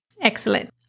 Excellent